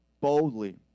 boldly